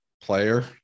player